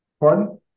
Pardon